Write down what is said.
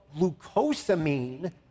glucosamine